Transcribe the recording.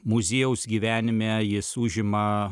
muziejaus gyvenime jis užima